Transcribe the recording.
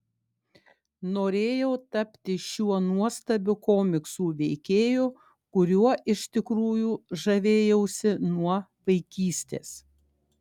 norėjau tapti šiuo nuostabiu komiksų veikėju kuriuo iš tikrųjų žavėjausi nuo vaikystės